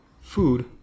food